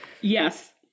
Yes